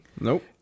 Nope